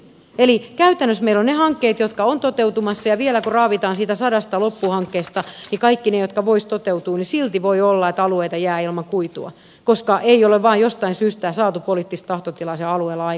eli käytännössä meillä on ne hankkeet jotka ovat toteutumassa ja vielä kun raavitaan sadasta loppuhankkeesta kaikki ne jotka voisivat toteutua silti voi olla että alueita jää ilman kuitua koska ei ole vain jostain syystä saatu poliittista tahtotilaa siellä alueella aikaiseksi